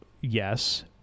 Yes